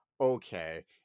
okay